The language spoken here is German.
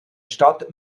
stadt